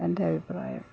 എൻ്റെ അഭിപ്രായം